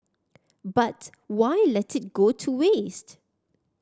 but why let it go to waste